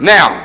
Now